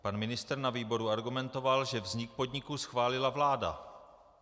Pan ministr na výboru argumentoval, že vznik podniku schválila vláda.